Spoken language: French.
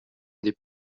des